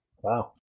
Wow